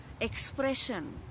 expression